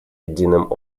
единым